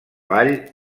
vall